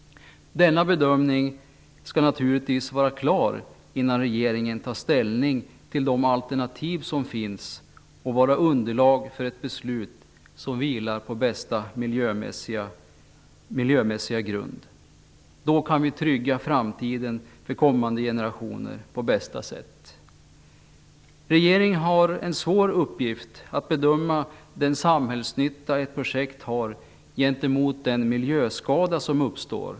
Denna bedömning skall naturligtvis vara klar innan regeringen tar ställning till de alternativ som finns och skall vara underlag för ett beslut som vilar på bästa miljömässiga grund. Då kan vi trygga framtiden för kommande generationer på bästa sätt. Regeringen har en svår uppgift i att bedöma den samhällsnytta ett projekt har gentemot den miljöskada som uppstår.